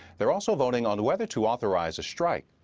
they are also voting on whether to authorize a strike.